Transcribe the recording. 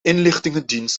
inlichtingendienst